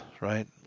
right